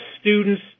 students